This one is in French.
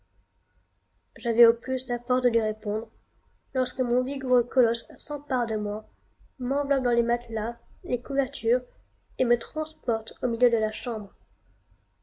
j'avais au plus la force de lui répondre lorsque mon vigoureux colosse s'empare de moi m'enveloppe dans les matelas les couvertures et me transporte au milieu de la chambre